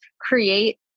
create